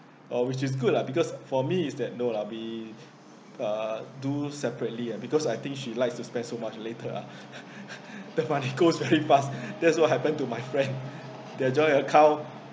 uh which is good lah because for me is that no lah we uh do separately and because I think she likes to spend so much later ah the money goes very fast that's what happened to my friend their joint account